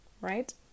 right